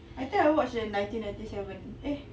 I think I watched the nineteen ninety seven eh